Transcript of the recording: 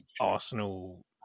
Arsenal